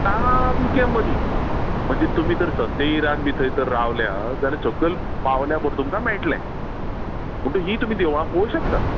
सामके मदीं म्हणजे तुमी तर सतेरान बीन थंयसर रावल्यात जाल्यार सकयल पावल्या बरोबर तुमकां मेळटलें म्हणटकर हीं तुमी देवळां पळोव शकतात